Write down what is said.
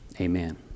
Amen